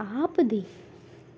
ਆਪ ਦੇ